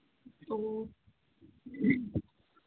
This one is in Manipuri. ꯑꯣ